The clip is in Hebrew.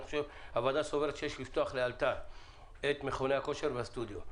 הוועדה סבורה שיש לפתוח לאלתר את מכוני הכושר והסטודיו.